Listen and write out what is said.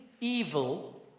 evil